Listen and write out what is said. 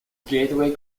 gateway